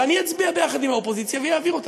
ואצביע יחד עם האופוזיציה ואעביר אותה.